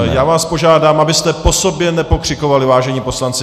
Já vás požádám, abyste po sobě nepokřikovali, vážení poslanci.